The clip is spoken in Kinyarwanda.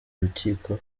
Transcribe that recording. urukiko